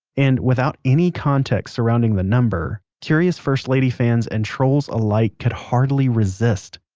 and without any context surrounding the number, curious first lady fans and trolls alike could hardly resist.